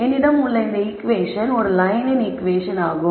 என்னிடம் உள்ள இந்த ஈகுவேஷன் ஒரு லயனின் ஈகுவேஷன் ஆகும்